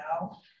now